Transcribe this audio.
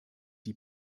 die